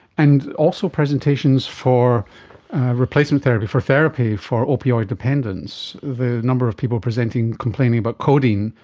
and also presentations for replacement therapy, for therapy for opioid dependence, the number of people presenting complaining about codeine,